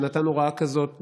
שנתן הוראה כזאת,